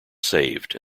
saved